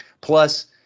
Plus